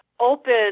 open